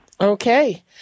Okay